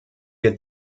wir